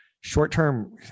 Short-term